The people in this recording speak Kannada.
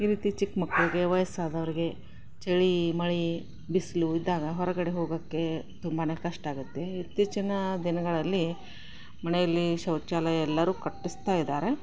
ಈ ರೀತಿ ಚಿಕ್ಕ ಮಕ್ಕಳಿಗೆ ವಯಸ್ಸಾದವರಿಗೆ ಚಳಿ ಮಳೆ ಬಿಸಿಲು ಇದ್ದಾಗ ಹೊರಗಡೆ ಹೋಗೋಕ್ಕೆ ತುಂಬ ಕಷ್ಟ ಆಗುತ್ತೆ ಇತ್ತೀಚಿನ ದಿನಗಳಲ್ಲಿ ಮನೆಯಲ್ಲಿ ಶೌಚಾಲಯ ಎಲ್ಲರೂ ಕಟ್ಟಿಸ್ತಾ ಇದ್ದಾರೆ